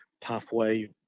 pathway